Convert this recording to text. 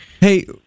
Hey